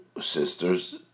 sisters